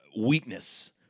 weakness